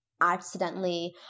accidentally